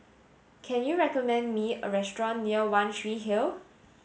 can you recommend me a restaurant near One Tree Hill